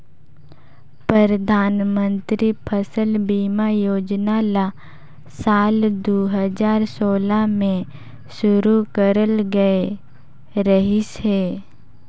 परधानमंतरी फसल बीमा योजना ल साल दू हजार सोला में शुरू करल गये रहीस हे